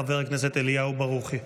חבר הכנסת אליהו ברוכי.